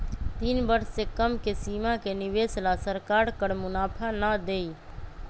तीन वर्ष से कम के सीमा के निवेश ला सरकार कर मुनाफा ना देई